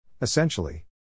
Essentially